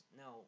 no